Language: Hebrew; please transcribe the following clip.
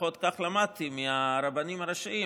לפחות כך למדתי מהרבנים הראשיים,